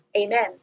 Amen